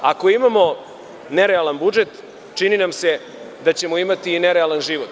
Ako imamo nerealan budžet, čini nam se da ćemo imati i nerealan život.